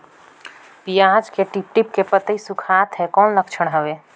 पियाज के टीप टीप के पतई सुखात हे कौन लक्षण हवे?